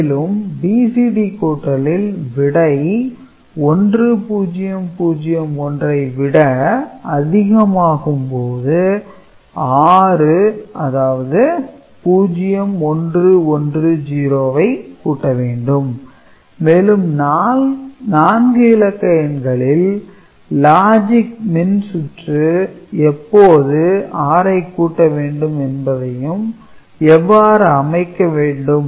மேலும் BCD கூட்டலில் விடை 1001 ஐ விட அதிகமாகும் போது 6 அதாவது 0110 ஐ கூட்ட வேண்டும் மேலும் 4 இலக்க எண்களில் லாஜிக் மின்சுற்று எப்போது 6 ஐ கூட்ட வேண்டும் என்பதையும் எவ்வாறு அமைக்க வேண்டும்